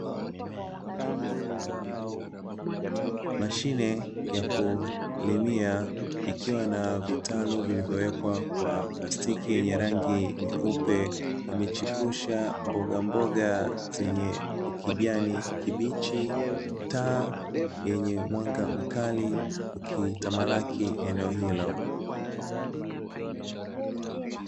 Mashine ya kulimia, ikiwa na vitalu vilivyowekwa kwa plastiki yenye rangi nyeupe, imechipusha mbogamboga zenye ukijani kibichi, taa yenye mwanga mkali ikitamalaki eneo hilo.